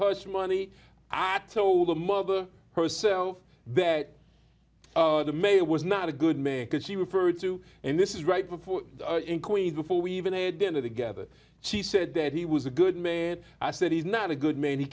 horse money i told the mother herself that the mayor was not a good man because she referred to and this is right before in queens before we even had dinner together she said that he was a good man i said he's not a good man